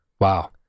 Wow